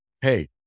Hey